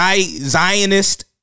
Zionist